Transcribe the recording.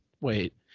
Wait